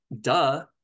duh